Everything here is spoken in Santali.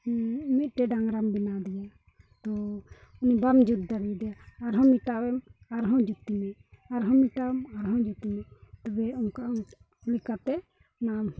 ᱦᱮᱸ ᱢᱤᱫᱴᱮᱡ ᱰᱟᱝᱨᱟᱢ ᱵᱮᱱᱟᱣ ᱫᱮᱭᱟ ᱛᱳ ᱩᱱᱤ ᱵᱟᱢ ᱡᱩᱫ ᱫᱟᱲᱮᱭ ᱫᱮᱭᱟ ᱟᱨᱦᱚᱸ ᱢᱮᱴᱟᱣ ᱮᱢ ᱟᱨᱦᱚᱸ ᱡᱩᱛᱮ ᱢᱮ ᱟᱨᱦᱚᱸ ᱢᱮᱴᱟᱣ ᱮᱢ ᱟᱨᱦᱚᱸ ᱡᱩᱛᱮ ᱢᱮ ᱛᱚᱵᱮ ᱚᱱᱠᱟ ᱞᱮᱠᱟᱛᱮ ᱚᱱᱟ